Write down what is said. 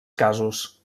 casos